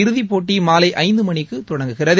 இறுதிப்போட்டி மாலை ஐந்து மணிக்கு தொடங்குகிறது